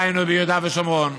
דהיינו ביהודה ושומרון.